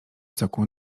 cokół